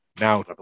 Now